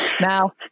now